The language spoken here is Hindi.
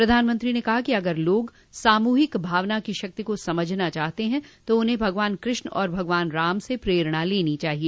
प्रधानमंत्री ने कहा कि अगर लोग सामूहिक भावना की शक्ति को समझना चाहते हैं तो उन्हें भगवान कृष्ण और भगवान राम से प्रेरणा लेनी चाहिए